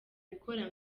ikora